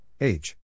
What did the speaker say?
Age